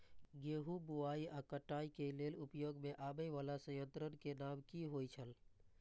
गेहूं बुआई आ काटय केय लेल उपयोग में आबेय वाला संयंत्र के नाम की होय छल?